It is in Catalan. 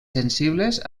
sensibles